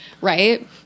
Right